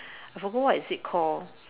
I forgot what is it call